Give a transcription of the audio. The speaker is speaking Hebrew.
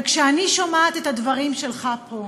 אבל כשאני שומעת את הדברים שלך פה,